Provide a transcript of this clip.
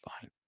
fine